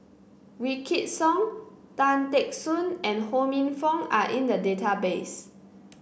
Wykidd Song Tan Teck Soon and Ho Minfong are in the database